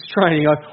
training